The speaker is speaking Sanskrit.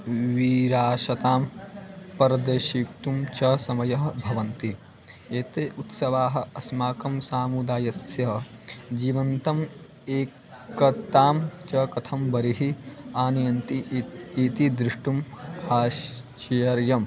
व् वीराशतां प्रदर्शयितुं च समयः भवन्ति एते उत्सवाः अस्माकं समुदायस्य जीवन्तम् एकतां च कथं बहिः आनयन्ति इत् इति दृष्टुम् आश्चेर्यम्